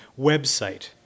website